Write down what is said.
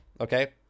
okay